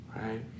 Right